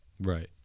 right